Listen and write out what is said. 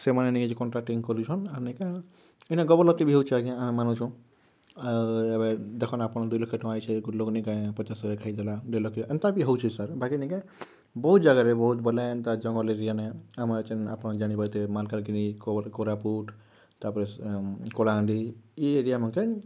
ସେମାନେ ନିଏଜ୍ କଣ୍ଟ୍ରାକ୍ଟିଂ କରିଛନ୍ ଆର୍ ନେଇକିନା ଏଇଟା ବି ହେଉଛି ଆଜ୍ଞା ଆମେ ମାନୁଛୁ ଆର୍ ଏବେ ଦେଖନ୍ ଆପଣ୍ ଦୁଇ ଲକ୍ଷ ଟଙ୍କା ଆଇଛେ ଗୋଟେ ଲୋକ୍ ନେଇକେ ପଚାଶ୍ ହଜାର୍ ଖାଇଦେଲା ଦେଢ଼୍ ଲକ୍ଷ ଏନ୍ତା ବି ହେଉଛି ସାର୍ ବାକି ନେଇକେ ବହୁତ୍ ଜାଗାରେ ବହୁତ୍ ବେଲେ ଏନ୍ତା ଜଙ୍ଗଲ୍ ଏରିଆନେ ଆମର୍ ଚିହ୍ନା ପରି ଜାନିବନ୍ତେ ମାଲକାନିଗିରି କୋରାପୁଟ୍ ତାପରେ କଳାହାଣ୍ଡି ଇ ଏରିଆମାନଙ୍କେ